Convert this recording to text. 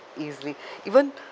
easily even